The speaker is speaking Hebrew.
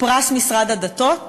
פרס מפעל הדתות,